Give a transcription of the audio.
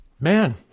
man